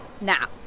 Now